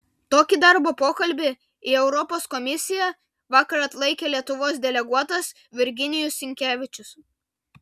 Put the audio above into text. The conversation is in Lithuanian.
tokį darbo pokalbį į europos komisiją vakar atlaikė lietuvos deleguotas virginijus sinkevičius